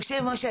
משה,